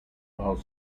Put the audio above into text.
while